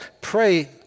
pray